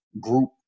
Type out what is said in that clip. group